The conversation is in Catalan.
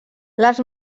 les